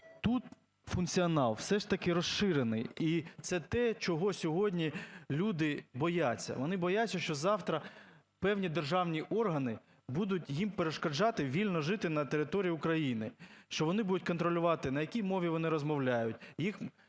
Тут функціонал все ж таки розширений, і це те, чого сьогодні люди бояться, вони бояться, що завтра певні державні органи будуть їм перешкоджати вільно жити на території України, що вони будуть контролювати, на якій мові вони розмовляють,